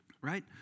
right